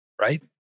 right